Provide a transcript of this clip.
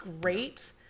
great